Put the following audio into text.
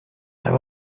i’ve